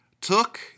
took